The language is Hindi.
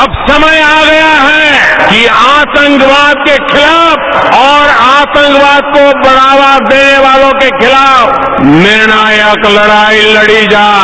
अब समय आ गया है कि आतंकवाद के खिलाफ और आतंकवाद को बढ़ावा देने वालों के खिलाफ निर्णायक लड़ाई लड़ी जाए